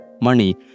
money